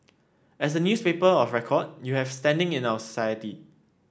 as the newspaper of record you have standing in our society